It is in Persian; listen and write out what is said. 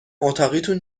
اتاقیتون